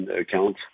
account